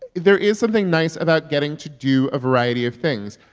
there is something nice about getting to do a variety of things.